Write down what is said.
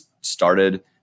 started